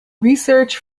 research